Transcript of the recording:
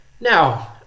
Now